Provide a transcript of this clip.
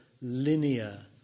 linear